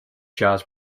jazz